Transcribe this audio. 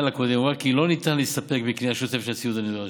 נראה כי לא ניתן להסתפק בקנייה שוטפת של הציוד הנדרש,